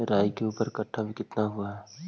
राई के ऊपर कट्ठा में कितना हुआ है?